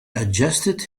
adjusted